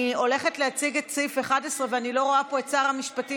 אני הולכת להציג את סעיף 11 ואני לא רואה פה את שר המשפטים,